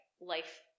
life